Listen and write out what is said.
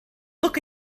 look